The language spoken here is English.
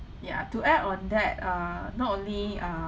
ya to add on that err not only err